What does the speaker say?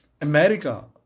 America